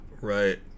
Right